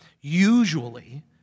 usually